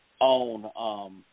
on –